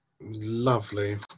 Lovely